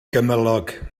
gymylog